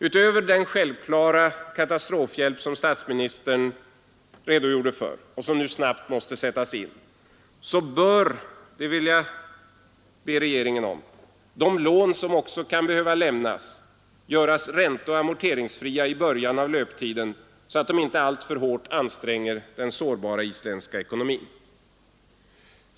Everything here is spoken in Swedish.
Utöver den självklara katastrofhjälp som statsministern redogjorde för och som nu snabbt måste sättas in bör — och det vill jag be regeringen om — de lån, som också kan behöva lämnas, göras ränteoch amorteringsfria i början av löptiden, så att de inte alltför hårt anstränger den sårbara isländska ekonomin.